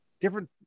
different